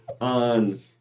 on